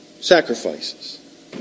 sacrifices